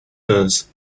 does